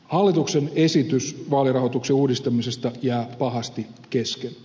hallituksen esitys vaalirahoituksen uudistamisesta jää pahasti kesken